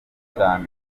cyane